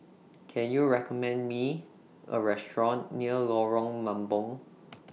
Can YOU recommend Me A Restaurant near Lorong Mambong